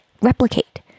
replicate